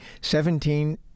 seventeen